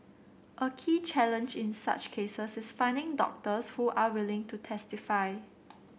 a key challenge in such cases is finding doctors who are willing to testify